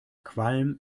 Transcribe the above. qualm